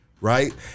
right